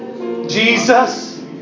Jesus